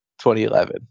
2011